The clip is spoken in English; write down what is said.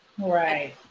Right